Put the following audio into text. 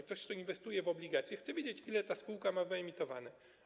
Ktoś, kto inwestuje w obligacje, chce wiedzieć, ile ta spółka ma ich wyemitowanych.